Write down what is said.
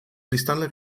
biztanle